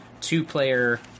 two-player